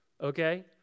okay